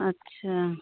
अच्छा